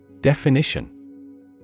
Definition